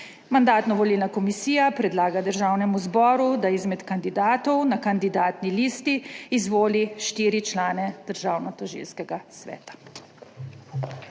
Mandatno-volilna komisija predlaga Državnemu zboru, da izmed kandidatov na kandidatni listi izvoli štiri člane Državnotožilskega sveta.